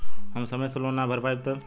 हम समय से लोन ना भर पईनी तब?